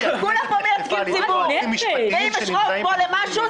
כולם פה מייצגים ציבור ואם יש רוב פה למשהו,